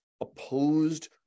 opposed